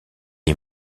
est